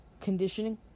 conditioning